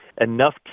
enough